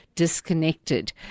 disconnected